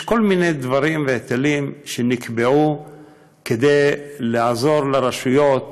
יש כל מיני דברים והיטלים שנקבעו כדי לעזור לרשויות